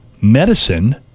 medicine